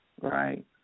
Right